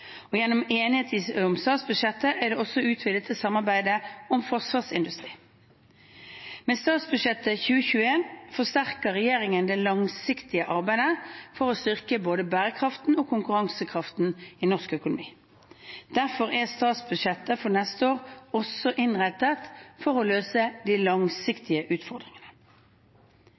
Og gjennom enighet om statsbudsjettet er også det utvidede samarbeidet om forsvarsindustri. Med statsbudsjettet for 2021 forsterker regjeringen det langsiktige arbeidet for å styrke både bærekraften og konkurransekraften i norsk økonomi. Derfor er statsbudsjettet for neste år også innrettet for å løse de langsiktige utfordringene.